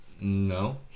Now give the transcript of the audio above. No